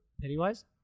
Pennywise